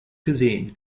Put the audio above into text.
cuisine